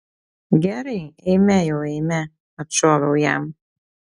gerai eime jau eime atšoviau jam